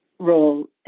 role